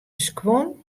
skuon